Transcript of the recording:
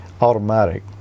Automatic